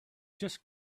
just